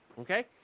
Okay